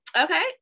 okay